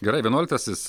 gerai vienuoliktasis